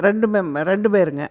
ரெண்டு மேம் ரெண்டு பேருங்க